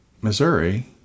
Missouri